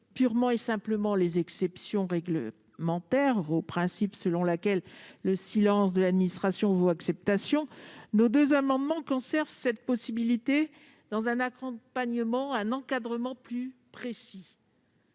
purement et simplement les exceptions réglementaires au principe selon lequel le silence de l'administration vaut acceptation, nos deux amendements tendent à conserver cette possibilité dans un accompagnement et un encadrement plus précis.